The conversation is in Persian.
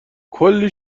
کلی